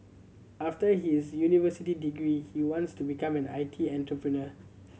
after his university degree he wants to become an I T entrepreneur